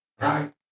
right